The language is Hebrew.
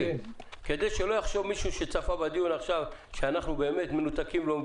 כדי שלא יחשוב מישהו שצפה בדיון עכשיו שאנחנו באמת מנותקים ולא מבינים,